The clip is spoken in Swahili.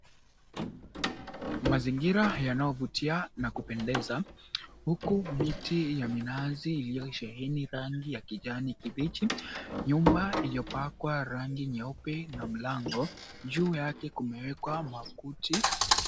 Mazingira yanayovutia na kupendeza huku miti ya minazi iliyosheheni rangi ya kijani kibichi. Nyumba iliyopakwa rangi nyeupe na mlango, juu yake kumewekwa makuti.